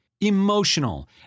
emotional